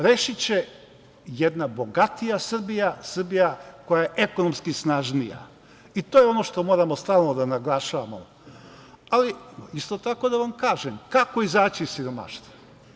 Rešiće jedna bogatija Srbija, Srbija koja je ekonomski snažnija i to je ono što moramo stalno da naglašavamo, ali isto tako da vam kažem kako izaći iz siromaštva?